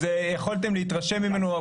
אז יכולתם להתרשם ממנו.